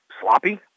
sloppy